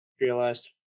Realized